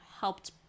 helped